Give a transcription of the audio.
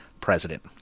president